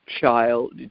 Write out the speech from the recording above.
child